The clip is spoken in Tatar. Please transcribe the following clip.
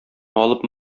алып